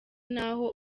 naho